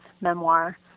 memoir